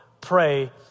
pray